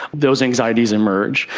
those anxieties emerged,